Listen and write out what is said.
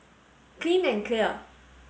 clean and clear